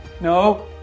No